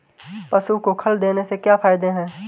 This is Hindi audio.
पशु को खल देने से क्या फायदे हैं?